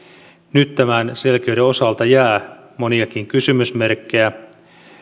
nyt tämän selkeyden osalta jää moniakin kysymysmerkkejä